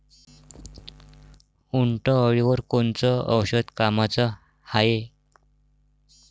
उंटअळीवर कोनचं औषध कामाचं हाये?